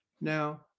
Now